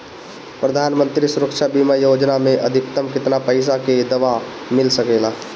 प्रधानमंत्री सुरक्षा बीमा योजना मे अधिक्तम केतना पइसा के दवा मिल सके ला?